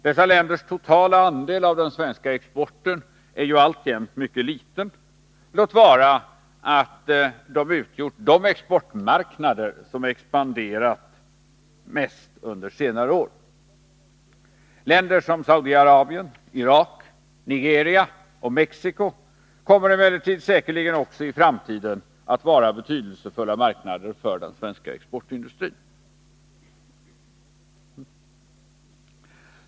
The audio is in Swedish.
Dessa länders totala andel av den svenska exporten är ju alltjämt mycket liten, låt vara att de utgjort de exportmarknader som expanderat mest under senare år. Länder som Saudi-Arabien, Irak, Nigeria och Mexico kommer emellertid säkerligen också i framtiden att förbli betydelsefulla marknader för den svenska exportindustrin.